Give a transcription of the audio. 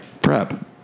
Prep